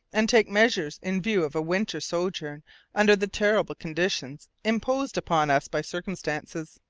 and take measures in view of a winter sojourn under the terrible conditions imposed upon us by circumstances.